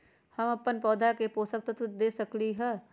हम अपन पौधा के पोषक तत्व कैसे दे सकली ह?